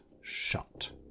shut